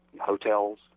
hotels